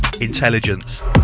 intelligence